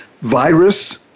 virus